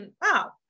Wow